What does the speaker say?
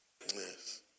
Yes